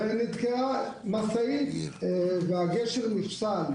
נתקעה שם משאית והגשר נחסם.